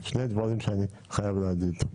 שני דברים שאני חייב להגיד,